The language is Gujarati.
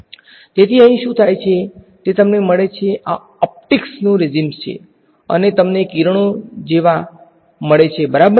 તેથી અહીં શું થાય છે તે તમને મળે છે આ ઓપ્ટિક્સનું રેજીમ્સ છે અને તમને કિરણો જેવા મળે છે બરાબરને